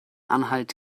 anhalt